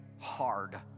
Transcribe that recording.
hard